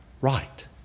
Right